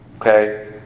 Okay